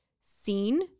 seen